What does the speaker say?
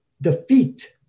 defeat